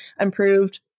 improved